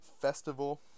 festival